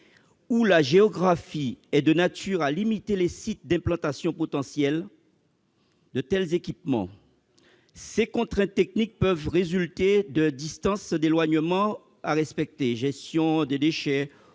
où la géographie est de nature à limiter les sites d'implantation potentiels de tels équipements. Ces contraintes techniques peuvent résulter de distances d'éloignement à respecter- c'est le cas